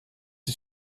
die